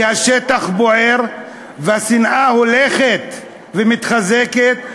השטח בוער והשנאה הולכת ומתחזקת,